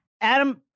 Adam